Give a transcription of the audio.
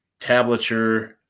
tablature